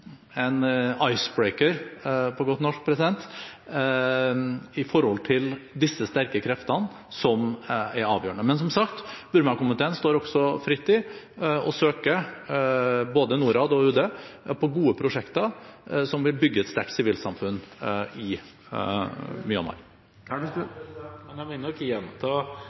på godt norsk, når det gjelder disse sterke kreftene. Men som sagt står Burmakomiteen fritt til å søke både Norad og UD når det gjelder gode prosjekter som vil bygge et sterkt sivilsamfunn i Myanmar. Jeg vil nok gjenta